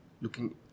looking